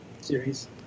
series